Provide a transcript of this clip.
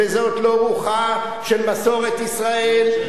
וזאת לא רוחה של מסורת ישראל,